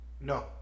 No